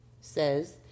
says